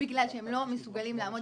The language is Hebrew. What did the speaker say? בגלל שהם לא מסוגלים לעמוד